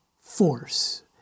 force